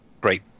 great